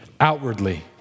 outwardly